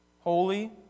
holy